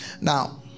Now